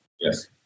Yes